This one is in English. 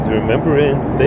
remembrance